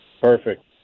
Perfect